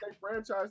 franchise